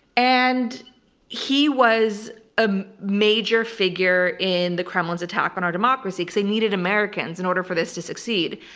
and he was a major figure in the kremlin's attack on our democracy, because they needed americans in order for this to succeed,